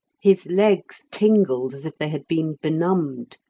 his legs tingled as if they had been benumbed.